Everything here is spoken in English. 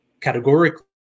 categorically